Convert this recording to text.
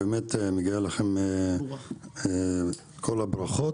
באמת מגיעות לכם כל הברכות,